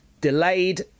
Delayed